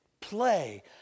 play